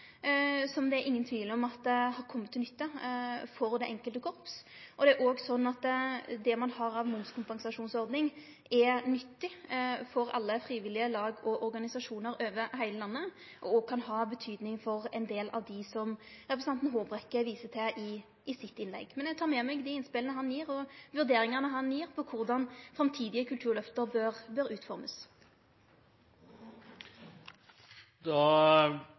som det er ingen tvil om at har kome til nytte for det enkelte korps. Det er òg slik at det ein har av momskompensasjonsordning, er nyttig for alle frivillige lag og organisasjonar over heile landet og kan ha betydning for ein del av dei representanten Håbrekke viser til i sitt innlegg. Eg tek med meg dei innspela og vurderingane han kjem med når det gjeld korleis framtidige kulturløft bør